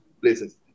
places